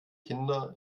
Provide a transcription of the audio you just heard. kinder